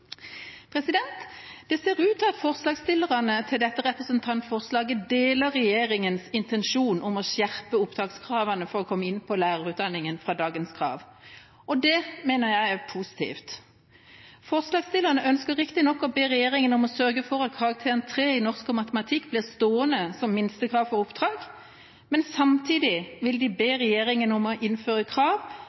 Det ser ut til at forslagsstillerne til dette representantforslaget deler regjeringas intensjon om å skjerpe opptakskravene for å komme inn på lærerutdanninga fra dagens krav. Det mener jeg er positivt. Forslagsstillerne ønsker riktignok å be regjeringa om å sørge for at karakteren 3 i norsk og matematikk blir stående som minstekrav for opptak, men samtidig vil de be regjeringa om å innføre krav